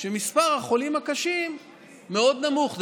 כשמספר החולים הקשים מאוד נמוך?